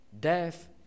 Death